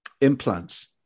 implants